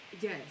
Yes